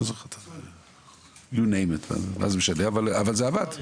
אבל זה עבד,